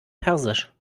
persisch